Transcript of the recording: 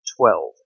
Twelve